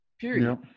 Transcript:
Period